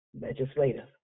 legislative